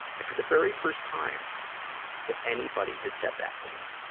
and for the very first time that anybody has said that to me,